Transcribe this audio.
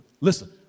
listen